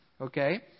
okay